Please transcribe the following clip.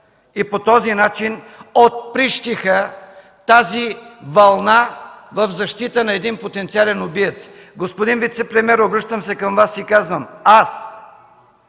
и по този начин отприщиха тази вълна в защита на един потенциален убиец. Господин вицепремиер, обръщам се към Вас и казвам: аз